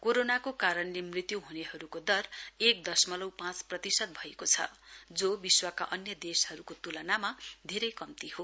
कोरोनाको कारणले मृत्यु हुनेहरुको दर एक दशमलउ पाँच प्रतिशत भएको छ जो विश्वका अन्य देशहरुको तुलनामा धेरै कम्ती हो